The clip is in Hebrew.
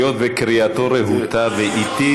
היות שקריאתו רהוטה ואיטית,